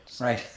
right